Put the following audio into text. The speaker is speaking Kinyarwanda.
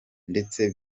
ndetse